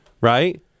Right